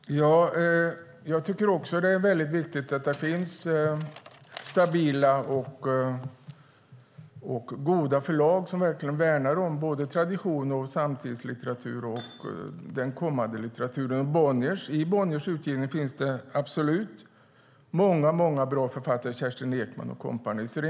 Herr talman! Jag tycker också att det är väldigt viktigt att det finns stabila och goda förlag som värnar om både tradition, samtidslitteratur och om den kommande litteraturen. I Bonniers utgivning finns det absolut många bra författare - Kerstin Ekman med flera.